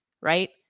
right